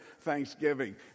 Thanksgiving